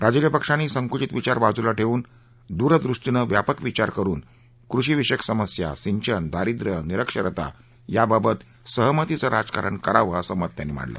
राजकीय पक्षांनी संकुचित विचार बाजूला ठेवून दूरवृष्टीनं व्यापक विचार करुन कृषी विषयक समस्या सिंचन दारिद्रय निरक्षरता याबाबत सहमतीचं राजकारण करावं असं मत त्यांनी मांडलं